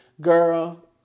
girl